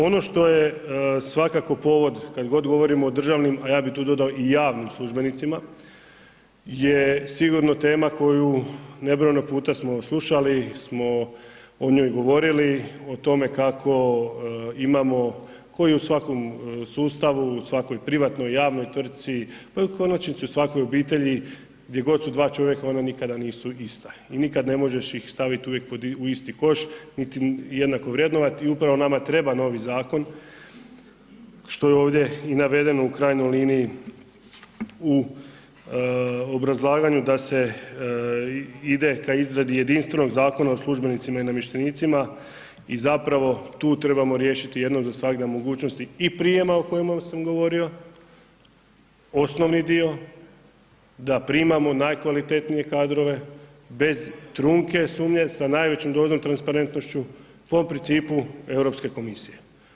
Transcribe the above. Ono što je svakako povod kad god govorimo o državnim a ja bi tu dodao i o javnim službenicima je sigurno tema koju nebrojeno puta smo slušali smo o njoj govorili o tome kako imamo kao i u svakom sustavu, u svakoj privatnoj, javnoj tvrtci pa u konačnici u svakoj obitelji gdje god su dva čovjeka, ona nikada nisu ista i nikada ih ne možeš stavit uvijek u isti koš niti jednako vrednovati u pravo nama treba novi zakon što ovdje i navedeno u krajnjoj liniji u obrazlaganju da se ide ka izradi jedinstvenog Zakona o službenicima i namještenicima i zapravo tu trebamo riješiti jedno zasvagda mogućnosti i prijema o kojima sam govorio, osnovni dio da primamo najkvalitetnije kadrove bez trunke sumnje sa najvećom dozom i transparentnošću po principu Europske komisije.